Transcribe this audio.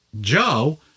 Joe